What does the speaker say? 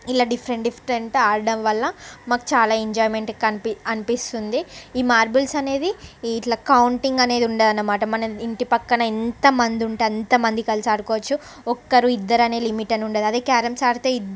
ఇలా different different ఆడటం వల్ల మాకు చాలా ఎంజాయ్మెంట్ కనిపి అనిపిస్తుంది ఈ మార్బుల్స్ అనేది ఇట్ల కౌంటింగ్ అనేది ఉండే అనమాట మనం ఇంటి పక్కన ఎంతమంది ఉంటే అంతమంది కలిసి ఆడుకోవచ్చు ఒక్కరు ఇద్దరు అని లిమిట్ అని ఉండదు అదే కేరమ్స్ ఆడితే ఇద్